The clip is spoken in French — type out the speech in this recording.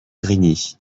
grigny